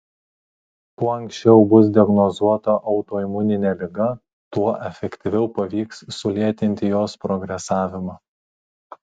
kuo anksčiau bus diagnozuota autoimuninė liga tuo efektyviau pavyks sulėtinti jos progresavimą